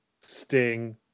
Sting